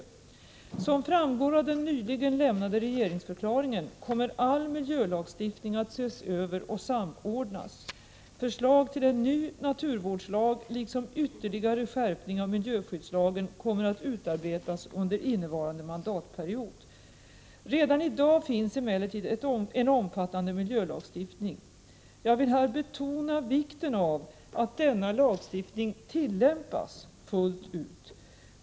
Som framgår av den nyligen lämnade regeringsförklaringen kommer all miljölagstiftning att ses över och samordnas. Förslag till en ny naturvårdslag liksom ytterligare skärpningar av miljöskyddslagen kommer att utarbetas under innevarande mandatperiod. Redan i dag finns emellertid en omfattande miljölagstiftning. Jag vill här betona vikten av att denna lagstiftning tillämpas fullt ut.